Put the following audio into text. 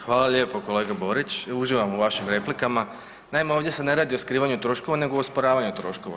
Hvala lijepo kolega Borić, uživam u vašim replikama, naime ovdje se ne radi o skrivanju troškova, nego o osporavanju troškova.